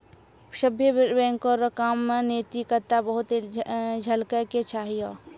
सभ्भे बैंक रो काम मे नैतिकता बहुते झलकै के चाहियो